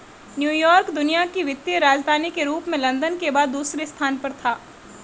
New York दुनिया की वित्तीय राजधानी के रूप में लंदन के बाद दूसरे स्थान पर था